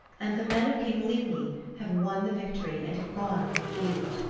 and the men of king lygni have won the victory and have gone from the field.